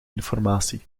informatie